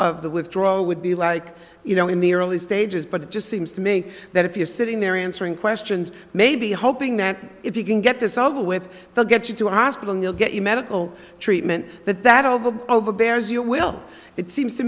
of the withdrawal would be like you know in the early stages but it just seems to me that if you're sitting there answering questions maybe hoping that if you can get this over with the get you to hospital neal get you medical treatment that that over over bears you will it seems to